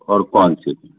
और कौन सी